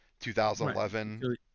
2011